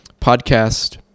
podcast